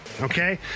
okay